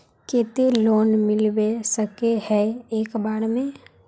केते लोन मिलबे सके है एक बार में?